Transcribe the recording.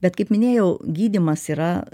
bet kaip minėjau gydymas yra